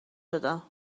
دادم